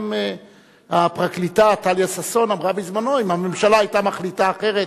גם הפרקליטה טליה ששון אמרה בזמנו: אם הממשלה היתה מחליטה אחרת,